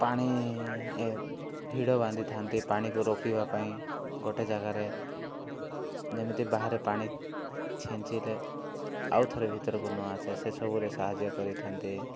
ପାଣି ଏ ହିଡ଼ ବାନ୍ଧିଥାନ୍ତି ପାଣିକୁ ରୋକିବା ପାଇଁ ଗୋଟେ ଜାଗାରେ ଯେମିତି ବାହାରେ ପାଣି ଛିଞ୍ଚିଲେ ଆଉ ଥରେ ଭିତର କୁ ନ ଆସେ ସେ ସବୁରେ ସାହାଯ୍ୟ କରିଥାନ୍ତି